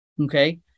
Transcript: okay